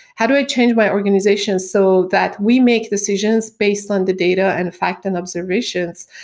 how do i change my organization so that we make decisions based on the data and fact and observations?